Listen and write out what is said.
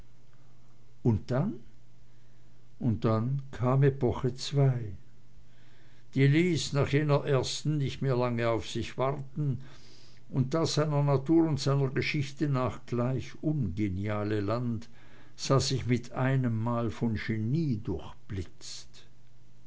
und dann und dann kam epoche zwei die ließ nach jener ersten nicht lange mehr auf sich warten und das seiner natur und seiner geschichte nach gleich ungeniale land sah sich mit einem male von genie